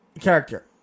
character